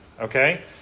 Okay